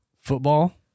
Football